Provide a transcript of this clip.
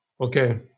Okay